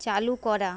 চালু করা